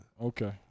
Okay